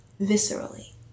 viscerally